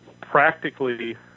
practically